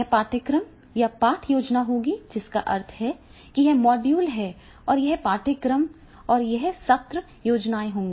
एक पाठ्यक्रम या पाठ योजना होगी जिसका अर्थ है कि यह मॉड्यूल है और यह पाठ्यक्रम या सत्र योजनाएं होंगी